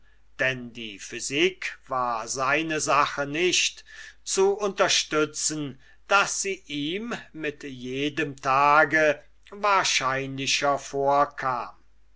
denn die physik war seine sache nicht zu unterstützen daß sie ihm mit jedem tage wahrscheinlicher vorkam